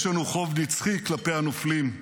יש לנו חוב נצחי כלפי הנופלים.